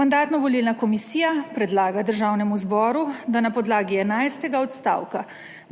Mandatno-volilna komisija predlaga Državnemu zboru, da na podlagi enajstega odstavka